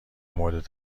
مورد